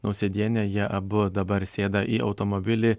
nausėdienė jie abu dabar sėda į automobilį